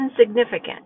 insignificant